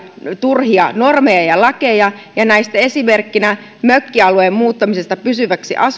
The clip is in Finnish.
turhia normeja ja lakeja ja näistä esimerkkeinä mökkialueen muuttaminen pysyväksi